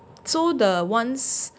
so the ones